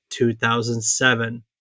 2007